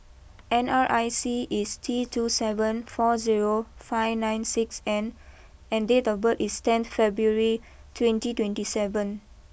N R I C is T two seven four zero five nine six N and date of birth is tenth February twenty twenty seven